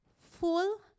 full